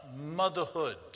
motherhood